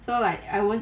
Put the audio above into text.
so like I won't